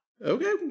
Okay